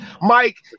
Mike